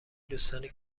دوستانی